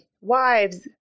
wives